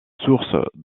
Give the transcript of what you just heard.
sources